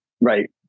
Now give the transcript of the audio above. Right